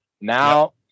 Now